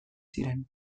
ziren